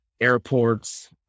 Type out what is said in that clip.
airports